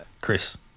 Chris